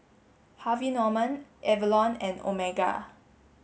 Harvey Norman Avalon and Omega